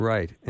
Right